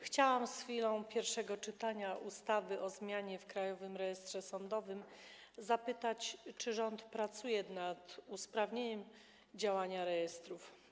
Chciałam w pierwszym czytaniu ustawy o zmianie ustawy o Krajowym Rejestrze Sądowym zapytać, czy rząd pracuje nad usprawnieniem działania rejestrów.